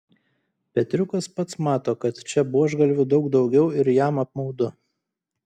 petriukas pats mato kad čia buožgalvių daug daugiau ir jam apmaudu